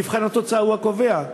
מבחן התוצאה הוא הקובע.